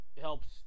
Helps